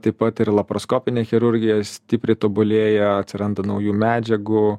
taip pat ir laparoskopinė chirurgija stipriai tobulėja atsiranda naujų medžiagų